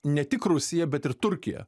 ne tik rusija bet ir turkija